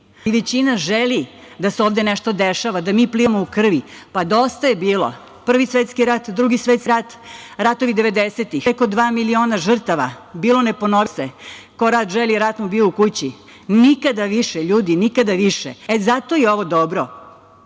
većina želi da se ovde nešto dešava, da mi plivamo u krvi. Pa, dosta je bilo – Prvi svetski rat, Drugi svetski rat, ratovi 90-ih, preko dva miliona žrtava. Bilo – ne ponovilo se. Ko rat želi, rat mu bio u kući. Nikada više. Ljudi, nikada više.E, zato je ovo dobro,